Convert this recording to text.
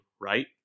right